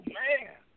man